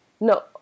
no